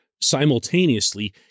simultaneously